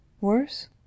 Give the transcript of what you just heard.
Worse